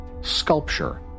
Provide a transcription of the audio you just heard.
sculpture